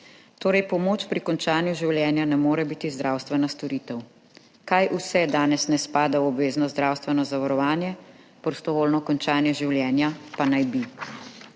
torej pomoč pri končanju življenja ne more biti zdravstvena storitev. Kaj vse danes ne spada v obvezno zdravstveno zavarovanje, prostovoljno končanje življenja pa naj bi.